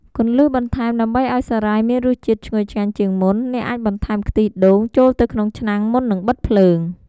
គន្លឹះបន្ថែមដើម្បីឱ្យសារាយមានរសជាតិឈ្ងុយឆ្ងាញ់ជាងមុន អ្នកអាចបន្ថែម ខ្ទិះដូង ចូលទៅក្នុងឆ្នាំងមុននឹងបិទភ្លើង។